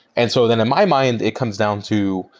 and so then in my mind, it comes down to,